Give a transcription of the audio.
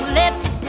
lips